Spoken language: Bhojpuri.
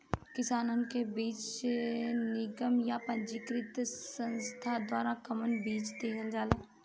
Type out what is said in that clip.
किसानन के बीज निगम या पंजीकृत संस्था द्वारा कवन बीज देहल जाला?